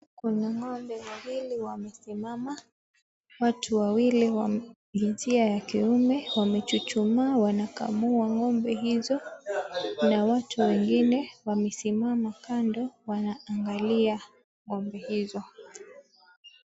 Kuna ng'ombe wawili wamesimama. Watu wawili wa jinsia ya kiume wamechuchumaa wanakamua ng'ombe hizo na watu wengine wamesimama kando wanaangalia ng'ombe hizo.